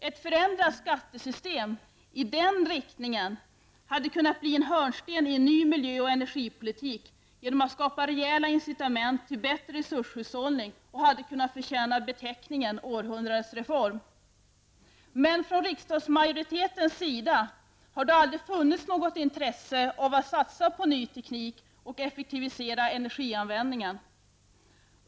Ett förändrat skattesystem i den riktningen hade kunnat bli en hörnsten i en ny miljö och energipolitik, genom att det skulle skapa rejäla incitament till bättre resurshushållning och hade kunnat förtjäna beteckningen ''århundradets reform''. Men riksdagsmajoritetens sida har det aldrig funnits något intresse av att satsa på ny teknik och effektivisera energianvändningen.